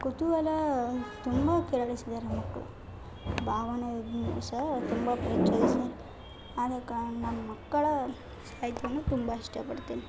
ಕುತೂಹಲ ತುಂಬ ಕೆರಳಿಸಿದ್ದಾರೆ ಮಕ್ಕಳು ಭಾವನೆ ಸಹ ತುಂಬ ಪ್ರಜ್ವಲಿಸಿ ಆದ ಕಾರಣ ಮಕ್ಕಳ ಸಾಹಿತ್ಯವನ್ನು ತುಂಬ ಇಷ್ಟಪಡ್ತೀನಿ